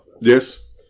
Yes